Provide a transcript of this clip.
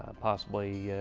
ah possibly,